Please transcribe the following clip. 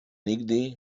nigdy